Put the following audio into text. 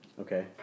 Okay